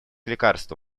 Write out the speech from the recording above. лекарства